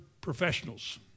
professionals